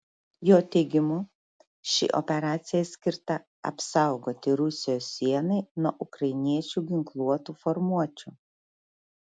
jo teigimu ši operacija skirta apsaugoti rusijos sienai nuo ukrainiečių ginkluotų formuočių